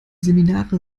seminare